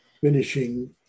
finishing